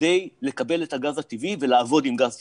כדי לקבל את הגז הטבעי ולעבוד עם גז טבעי.